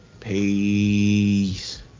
Peace